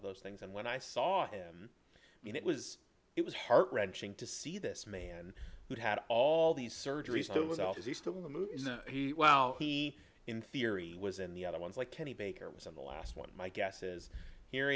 of those things and when i saw him i mean it was it was heart wrenching to see this man who'd had all these surgeries while he in theory was in the other ones like kenny baker was in the last one my guess is here